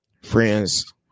friends